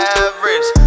average